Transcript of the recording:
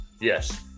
yes